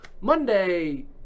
Monday